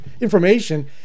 information